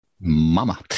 Mama